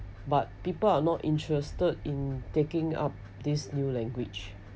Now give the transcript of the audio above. but people are not interested in taking up this new language